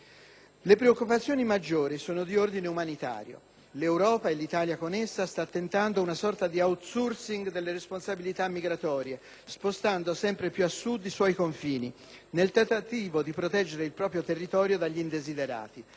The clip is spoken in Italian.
le preoccupazioni maggiori sono di ordine umanitario. L'Europa, e l'Italia con essa, sta tentando una sorta di *outsourcing* delle responsabilità migratorie, spostando sempre più a sud i suoi confini, nel tentativo di proteggere il proprio territorio dagli indesiderati.